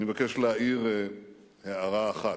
אני מבקש להאיר הארה אחת,